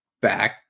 back